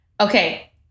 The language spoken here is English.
Okay